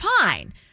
fine